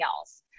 else